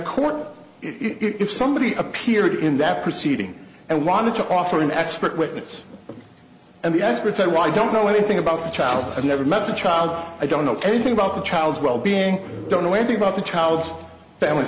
course if somebody appeared in that proceeding and wanted to offer an expert witness and the expert said why i don't know anything about the child i've never met the child i don't know anything about the child's well being don't know anything about the child's family